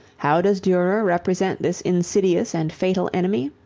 how does durer represent this insidious and fatal enemy?